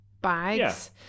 bags